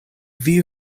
view